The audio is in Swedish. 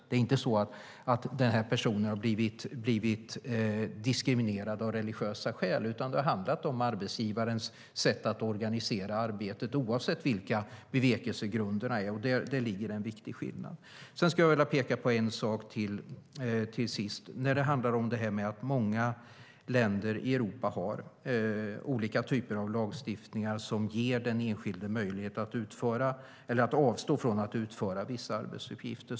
Det är inte så att den här personen har blivit diskriminerad av religiösa skäl, utan det har handlat om arbetsgivarens sätt att organisera arbetet, oavsett vilka bevekelsegrunderna är. Där ligger en viktig skillnad. Jag skulle vilja peka på en sak till. Det handlar om det här med att många länder i Europa har olika typer av lagstiftningar som ger den enskilde möjlighet att avstå från att utföra vissa arbetsuppgifter.